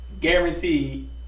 guaranteed